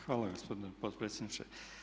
Hvala gospodine potpredsjedniče.